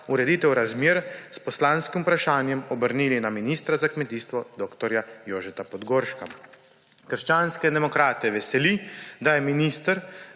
uredite razmer s poslanskim vprašanjem obrnili na ministra za kmetijstvo dr. Jožeta Podgorška. Krščanske demokrate veseli, da je minister